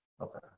Okay